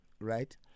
right